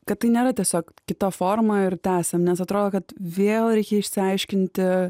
kad tai nėra tiesiog kita forma ir tęsiam nes atrodo kad vėl reikia išsiaiškinti